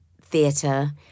theatre